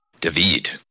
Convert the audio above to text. David